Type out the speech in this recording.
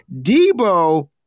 Debo